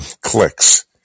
clicks